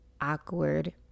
awkward